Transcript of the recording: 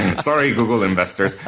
sorry google investors,